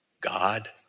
God